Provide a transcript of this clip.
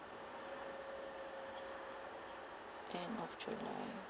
end of july